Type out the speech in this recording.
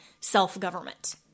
self-government